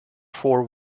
four